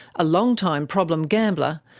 a long-time problem gambler,